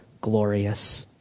glorious